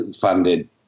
funded